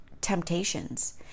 temptations